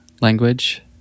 language